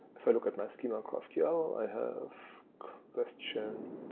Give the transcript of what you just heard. if i look at my schema graph ql i have question,